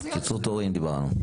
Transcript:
קיצור תורים דיברנו.